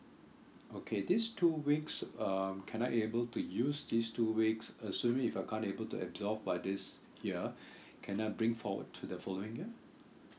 okay these two weeks um can I able to use these two weeks assuming if I can't be able to absorb by this year can I bring forward to the following year